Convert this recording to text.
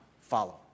follow